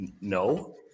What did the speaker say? No